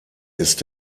ist